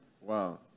Wow